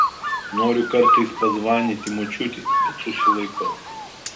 noriu kartais pazvanyti močiutei bet susilaikau